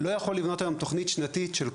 לא יכול לבנות היום תוכנית שנתית של קורסים,